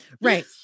right